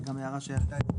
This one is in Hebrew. זו גם הערה שעלתה.